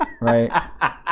Right